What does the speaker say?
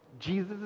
Jesus